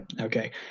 okay